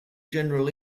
general